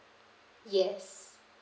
yes